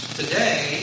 today